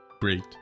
great